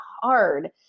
hard